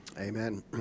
Amen